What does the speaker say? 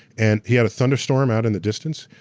and he had a thunderstorm out in the distance,